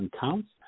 Counts